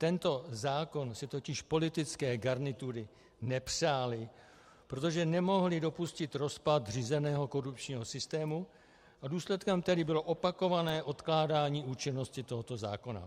Tento zákon si totiž politické garnitury nepřály, protože nemohly dopustit rozpad řízeného korupčního systému, a důsledkem tedy bylo opakované odkládání účinnosti tohoto zákona.